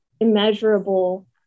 immeasurable